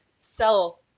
sell